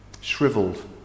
Shriveled